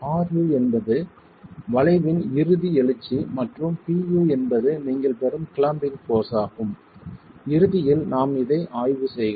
ru என்பது வளைவின் இறுதி எழுச்சி மற்றும் Pu என்பது நீங்கள் பெறும் கிளாம்பிங் போர்ஸ் ஆகும் இறுதியில் நாம் இதை ஆய்வு செய்கிறோம்